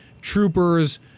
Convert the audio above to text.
troopers